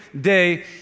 day